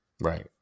Right